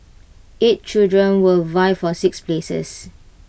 eight children will vie for six places